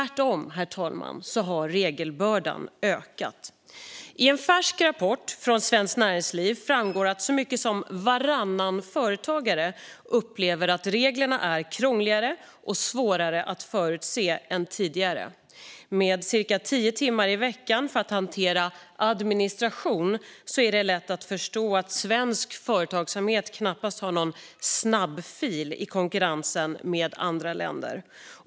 Regelbördan har tvärtom ökat. Av en färsk rapport från Svenskt Näringsliv framgår att så mycket som varannan företagare upplever att reglerna är krångligare och svårare att förutse än tidigare. När det ägnas cirka tio timmar i veckan åt att hantera administration är det lätt att förstå att svensk företagsamhet knappast har någon snabbfil i konkurrensen med andra länder.